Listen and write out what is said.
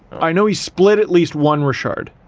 i know he split at least one richard.